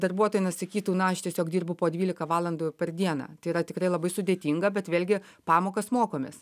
darbuotojai nesakytų na aš tiesiog dirbu po dvylika valandų per dieną tai yra tikrai labai sudėtinga bet vėlgi pamokas mokomės